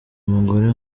mugore